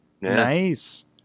Nice